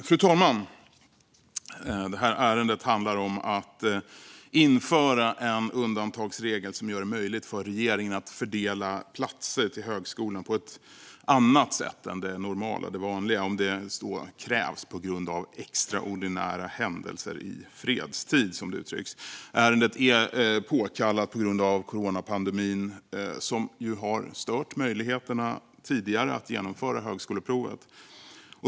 Fru talman! Detta ärende handlar om att införa en undantagsregel som gör det möjligt för regeringen att fördela platser till högskolan på ett annat sätt än det normala och det vanliga om det krävs vid extraordinära händelser i fredstid, som det uttrycks. Ärendet är påkallat på grund av coronapandemin, som har stört möjligheterna tidigare att genomföra högskoleprovet.